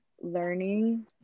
learning